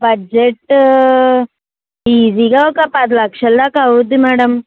budget ఈజీగా ఒక పది లక్షలదాకా అవుతుంది మేడమ్